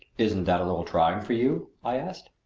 isn't that a little trying for you? i asked.